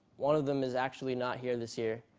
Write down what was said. one of them is actually not here this year,